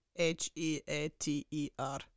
H-E-A-T-E-R